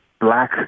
black